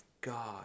god